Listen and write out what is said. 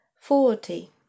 forty